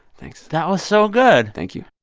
thanks that was so good thank you